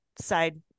side